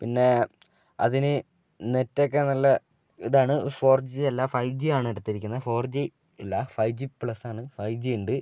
പിന്നെ അതിന് നെറ്റ് ഒക്കെ നല്ല ഇത് ആണ് ഫോർ ജി അല്ല ഫൈവ് ജി ആണ് എടുത്തിരിക്കുന്നത് ഫോർ ജി അല്ല ഫൈവ് ജി പ്ലസ് ആണ് ഫൈവ് ജി ഉണ്ട്